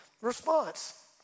response